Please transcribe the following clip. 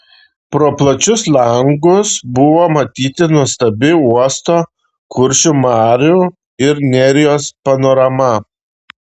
pro plačius langus buvo matyti nuostabi uosto kuršių marių ir nerijos panorama